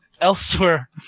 elsewhere